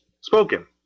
spoken